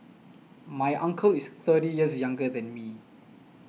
my uncle is thirty years younger than me